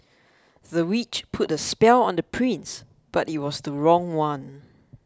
the witch put a spell on the prince but it was the wrong one